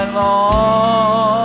long